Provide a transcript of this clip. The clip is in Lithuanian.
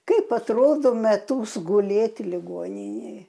kaip atrodo metus gulėti ligoninėj